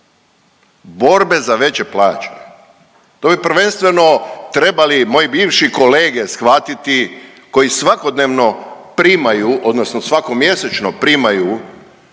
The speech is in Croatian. borbe za veće plaće. To bi prvenstveno trebali moji bivši kolege shvatiti koji svakodnevno primaju, odnosno svako mjesečno primaju